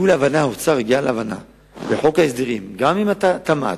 האוצר הגיע להבנה בחוק ההסדרים גם עם משרד התמ"ת,